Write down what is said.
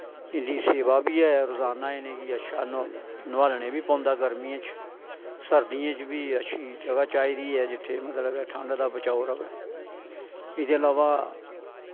एह्दी सेवा बी ऐ रजाना इनेंगी नोआलने बी पौदा गर्मियें च सर्दियें च बी अच्छी जगह चाइदी ऐ जित्थे मतलब की ठंड दा बचाव रवै इदे अलावा